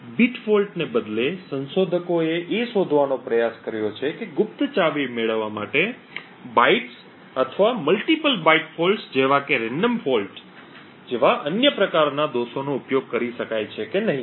bit fault ને બદલે સંશોધકોએ એ શોધવાનો પ્રયાસ કર્યો છે કે ગુપ્ત ચાવી મેળવવા માટે બાઇટ્સ અથવા મલ્ટીપલ બાઇટ falls જેવા કે રેન્ડમ ફોલ્ટ જેવા અન્ય પ્રકારના દોષોનો ઉપયોગ કરી શકાય છે કે નહીં